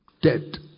dead